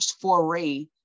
foray